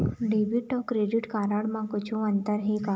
Debit अऊ credit card म कुछू अंतर हे का?